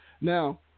Now